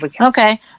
Okay